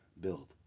build